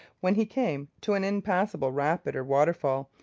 when he came to an impassable rapid or waterfall,